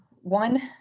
one